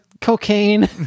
cocaine